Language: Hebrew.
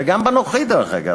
וגם בנוכחית דרך אגב,